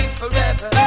forever